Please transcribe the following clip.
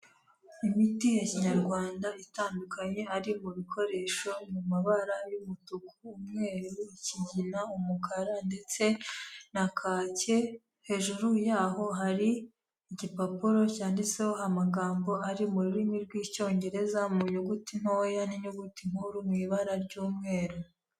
Imiti ya kinyarwanda itandukanye, ari mu bikoresho mu mabara y'umutuku, umweru, ikigina, umukara ndetse na kake, hejuru yaho hari igipapuro cyanditseho amagambo ari mu rurimi rw'icyongereza mu nyuguti ntoya n'inyuguti nkuru mu ibara ry'umweru.